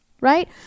Right